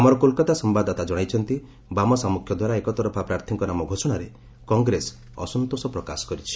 ଆମର କୋଲ୍କାତା ସମ୍ଭାଦଦାତା ଜଣାଇଛନ୍ତି ବାମ ସାଞ୍ଚଖ୍ୟ ଦ୍ୱାରା ଏକତରଫା ପ୍ରାର୍ଥୀଙ୍କ ନାମ ଘୋଷଣାରେ କଂଗ୍ରେସ ଅସନ୍ତୋଷ ପ୍ରକାଶ କରିଛି